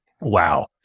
Wow